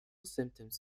symptoms